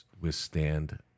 withstand